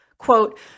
quote